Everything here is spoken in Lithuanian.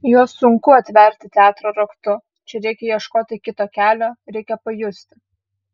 juos sunku atverti teatro raktu čia reikia ieškoti kito kelio reikia pajusti